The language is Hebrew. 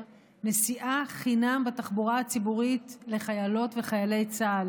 נסיעה חינם בתחבורה הציבורית לחיילות וחיילי צה"ל,